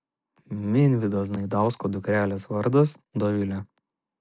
minvydo znaidausko dukrelės vardas dovilė